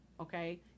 okay